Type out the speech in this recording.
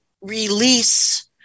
release